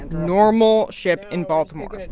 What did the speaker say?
normal ship in baltimore.